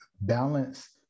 Balance